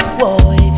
boy